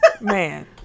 Man